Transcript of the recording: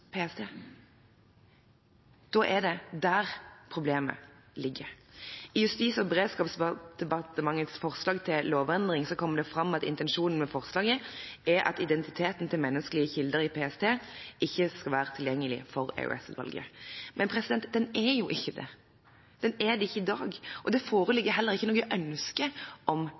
PST. Da er det der problemet ligger. I Justis- og beredskapsdepartementets forslag til lovendring kommer det fram at intensjonen med forslaget er at identiteten til menneskelige kilder i PST ikke skal være tilgjengelig for EOS-utvalget. Men den er jo ikke det i dag, og det foreligger heller ikke noe ønske om